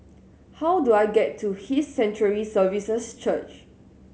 how do I get to His Sanctuary Services Church